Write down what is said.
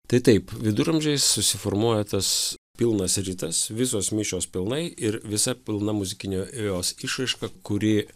tai taip viduramžiais susiformuoja tas pilnas rytas visos mišios pilnai ir visa pilna muzikinio jos išraiška kuri